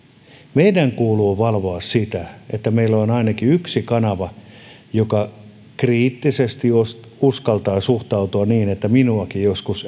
meidän kuuluu valvoa sitä että meillä on ainakin yksi kanava joka kriittisesti uskaltaa suhtautua niin että minuakin joskus